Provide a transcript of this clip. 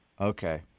Okay